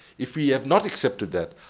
if we have not accepted that,